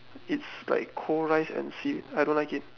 it's like cold rice and seaweed I don't like it